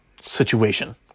situation